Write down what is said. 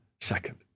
second